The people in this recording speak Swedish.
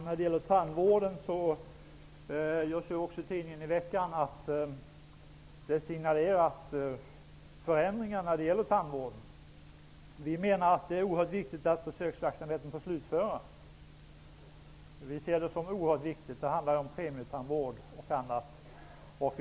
Herr talman! Jag såg i tidningen i veckan att det signaleras förändringar inom tandvården. Vi menar att det är oerhört viktigt att försöksverksamheten får slutföras. Vi ser det som oerhört viktigt. Det handlar om premietandvård osv.